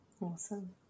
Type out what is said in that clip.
Awesome